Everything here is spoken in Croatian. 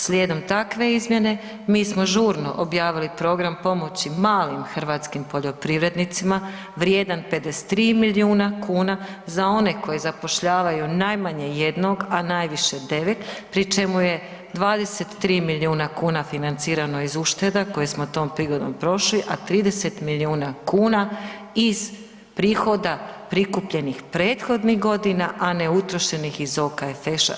Slijedom takve izmjene mi smo žurno objavili program pomoći malim hrvatskim poljoprivrednicima vrijedan 53 milijuna kuna za one koji zapošljavaju najmanje 1, a najviše 9 pri čemu je 23 milijuna kuna financirano iz ušteda koje smo tom prigodom prošli, a 30 milijuna kuna iz prihoda prikupljenih prethodnih godina, a ne utrošenih OKFŠ.